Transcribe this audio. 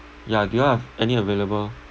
ya do you all have any available